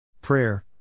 Prayer